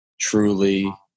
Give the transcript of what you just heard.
truly